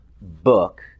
book